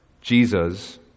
Jesus